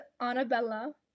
Annabella